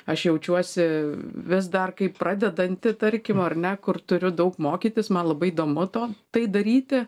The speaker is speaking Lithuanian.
aš jaučiuosi vis dar kaip pradedanti tarkim ar ne kur turiu daug mokytis man labai įdomu to tai daryti